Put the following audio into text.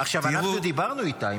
--- אנחנו דיברנו איתה,